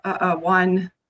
one